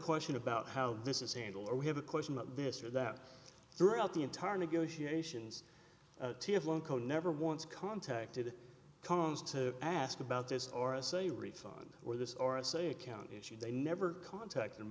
question about how this is handled or we have a question about this or that throughout the entire negotiations never once contacted comes to ask about this or a say refund or this or a say accounting issue they never contact them